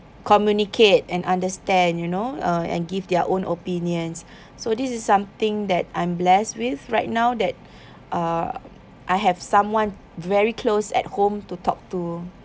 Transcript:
communicate and understand you know uh and give their own opinions so this is something that I'm blessed with right now that uh I have someone very close at home to talk to